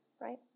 right